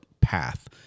path